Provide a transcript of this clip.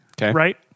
right